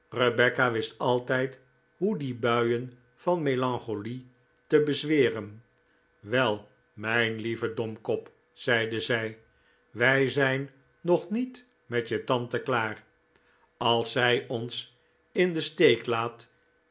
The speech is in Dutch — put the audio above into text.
rebecca wist altijd hoe die buien van melancholie te bezweren wel mijn lieve domkop zeide zij wij zijn nog niet met je tante klaar als zij ons in den steek laat